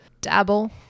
Dabble